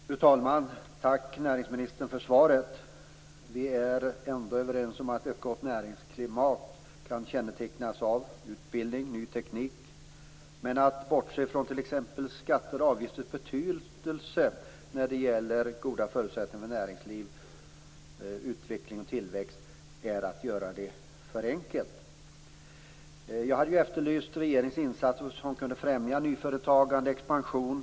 Fru talman! Tack, näringsministern, för svaret. Vi är ändå överens om att ett gott näringsklimat kan kännetecknas av utbildning och ny teknik. Men att bortse från t.ex. skatters och avgifters betydelse när det gäller goda förutsättningar för näringslivets utveckling och tillväxt är att göra det för enkelt. Jag hade efterlyst regeringens insatser för att främja nyföretagande och expansion.